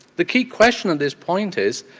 the key question at this point is,